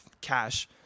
cash